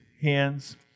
hands